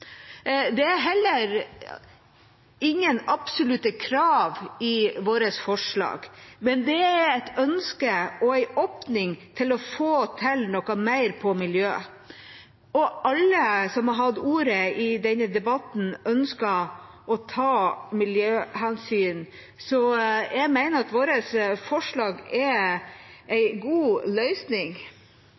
Det er heller ingen absolutte krav i vårt forslag, men det er et ønske om og en åpning til å få til noe mer på miljøet. Alle som har hatt ordet i denne debatten, ønsker å ta miljøhensyn, så jeg mener at vårt forslag er en god løsning.